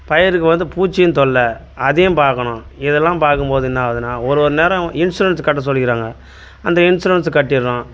பயிருக்கு வந்து பூச்சியும் தொல்லை அதையும் பார்க்கணும் இதெல்லாம் பார்க்கும்போது என்ன ஆகுதுன்னா ஒரு ஒரு நேரம் இன்சூரன்ஸ் கட்டச் சொல்லியிருக்காங்க அந்த இன்சூரன்ஸு கட்டிடறோம்